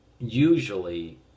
Usually